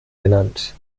genannt